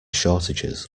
shortages